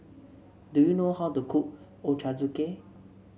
do you know how to cook Ochazuke